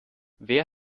wer